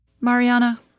Mariana